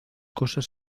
cosas